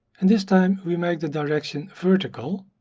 and this time we make the direction vertical,